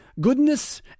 goodness